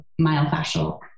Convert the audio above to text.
myofascial